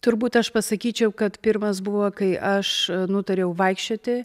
turbūt aš pasakyčiau kad pirmas buvo kai aš nutariau vaikščioti